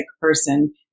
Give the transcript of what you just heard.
person